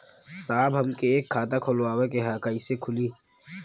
साहब हमके एक खाता खोलवावे के ह कईसे खुली?